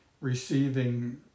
receiving